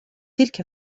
تلك